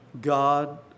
God